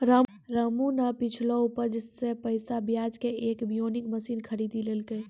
रामू नॅ पिछलो उपज सॅ पैसा बजाय कॅ एक विनोइंग मशीन खरीदी लेलकै